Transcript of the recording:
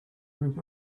group